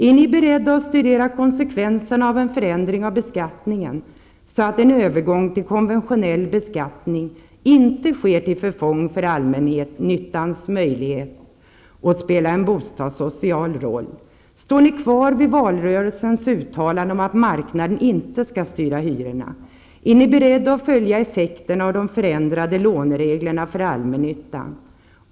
Är ni beredda att studera konsekvenserna av en förändring av beskattningen, så att en övergång till konventionell beskattning inte sker till förfång för allmännyttans möjlighet att spela en bostadssocial roll? Står ni kvar vid valrörelsens uttalanden om att marknaden inte skall styra hyrorna? Är ni beredda att följa effekterna av de förändrade lånereglerna för allmännyttan?